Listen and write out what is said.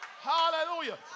Hallelujah